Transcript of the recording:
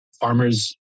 farmers